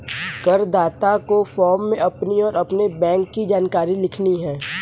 करदाता को फॉर्म में अपनी और अपने बैंक की जानकारी लिखनी है